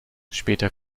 später